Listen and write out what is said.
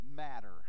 matter